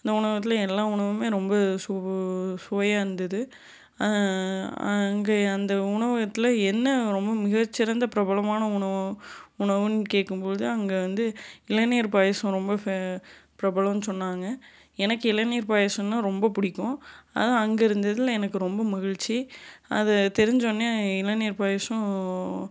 அந்த உணவகத்தில் எல்லாம் உணவுமே ரொம்ப சு சுவையாக இருந்தது அங்கே அந்த உணவகத்தில் என்ன ரொம்ப மிக சிறந்த பிரபலமான உண் உணவுன்னு கேட்கும் பொழுது அங்கே வந்து இளநீர் பாயசம் ரொம்ப பிர பிரபலமுன்னு சொன்னாங்க எனக்கு இளநீர் பாயசம்னால் ரொம்ப பிடிக்கும் அதுவும் அங்கே இருந்ததில் எனக்கு ரொம்ப மகிழ்ச்சி அது தெரிஞ்சவுடனே இளநீர் பாயசம்